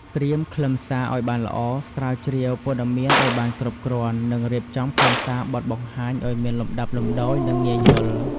ត្រៀមខ្លឹមសារឱ្យបានល្អ ស្រាវជ្រាវព័ត៌មានឱ្យបានគ្រប់គ្រាន់ និងរៀបចំខ្លឹមសារបទបង្ហាញឱ្យមានលំដាប់លំដោយ និងងាយយល់។